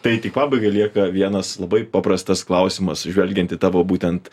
tai tik pabaigai lieka vienas labai paprastas klausimas žvelgiant į tavo būtent